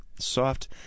soft